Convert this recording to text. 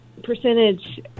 percentage